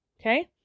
okay